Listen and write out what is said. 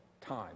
time